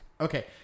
Okay